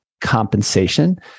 Compensation